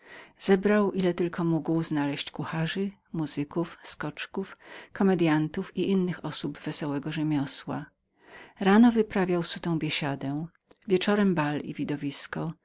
zebrał ile tylko mógł znaleźć kucharzów muzykusów skoczków komedyantów i innych osób jeszcze weselszego rzemiosła w dzień wyprawiał sutą biesiadę wieczorem bal i widowisko